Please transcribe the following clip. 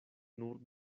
nur